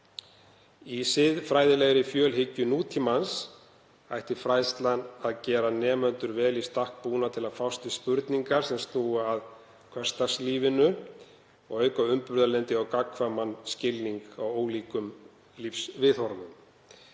Í siðfræðilegri fjölhyggju nútímans ætti fræðslan að gera nemendur vel í stakk búna til að fást við spurningar sem snúa að hversdagslífinu og auka umburðarlyndi og gagnkvæman skilning á ólíku lífsviðhorfi.